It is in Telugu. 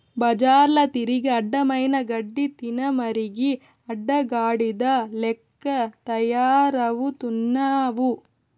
బజార్ల తిరిగి అడ్డమైన గడ్డి తినమరిగి అడ్డగాడిద లెక్క తయారవుతున్నావు